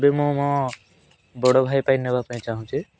ଏବେ ମୁଁ ମୋ ବଡ଼ ଭାଇ ପାଇଁ ନେବାପାଇଁ ଚାଁହୁଛି